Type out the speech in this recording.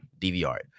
DVR